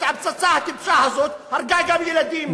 הפצצה הטיפשה הזאת הרגה גם ילדים,